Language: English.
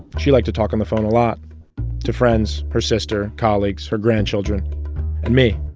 she liked to talk on the phone a lot to friends, her sister, colleagues, her grandchildren and me